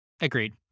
Agreed